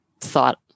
thought